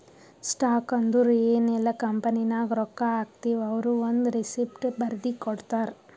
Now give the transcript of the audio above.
stock ಅಂದುರ್ ಎನ್ ಇಲ್ಲ ಕಂಪನಿನಾಗ್ ರೊಕ್ಕಾ ಹಾಕ್ತಿವ್ ಅವ್ರು ಒಂದ್ ರೆಸಿಪ್ಟ್ ಬರ್ದಿ ಕೊಡ್ತಾರ್